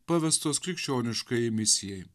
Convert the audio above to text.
pavestos krikščioniškajai misijai